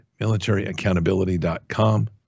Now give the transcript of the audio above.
militaryaccountability.com